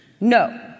No